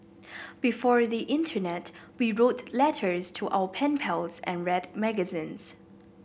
before the internet we wrote letters to our pen pals and read magazines